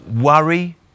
worry